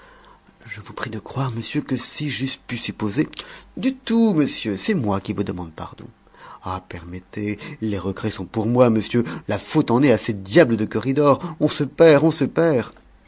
je vous prie de croire monsieur que si j'eusse pu supposer du tout monsieur c'est moi qui vous demande pardon ah permettez les regrets sont pour moi monsieur la faute en est à ces diables de corridors on se perd on se perd